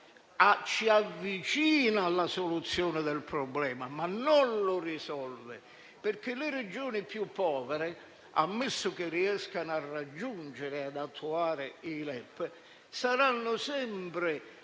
ci avvicina alla soluzione del problema, ma non lo risolve. Infatti le Regioni più povere, ammesso che riescano a raggiungere e ad attuare i LEP, saranno sempre